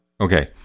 Okay